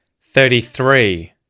thirty-three